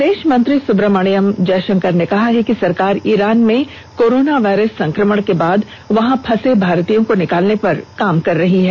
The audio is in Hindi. विदेश मंत्री सुब्रमण्यम जयशंकर ने कहा कि सरकार ईरान में कोरोना वायरस संक्रमण के बाद वहां फंसे भारतीयों को निकालने पर काम कर रही है